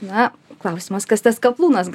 na klausimas kas tas kaplūnas